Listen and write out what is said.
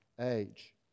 age